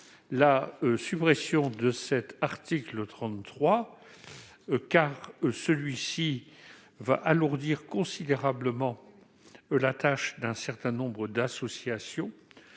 la suppression de l'article 33, qui va alourdir considérablement la tâche d'un certain nombre d'associations.